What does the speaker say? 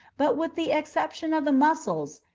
but with the exception of the muscles,